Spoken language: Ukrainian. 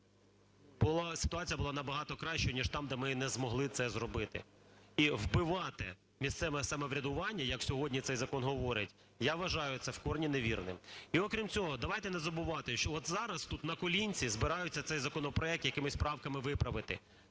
ситуація була набагато краща, ніж там, де ми не змогли це зробити. І вбивати місцеве самоврядування, як сьогодні цей закон говорить, я вважаю це в корні невірним. І, окрім цього, давайте не забувати, що от зараз тут на колінці збираються цей законопроект якимись правками виправити.